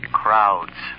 crowds